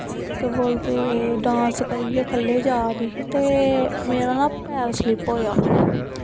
केह् बोलदे डांस करिये खल्ले जा दी ही ते मेरा ना पैर स्लिप होया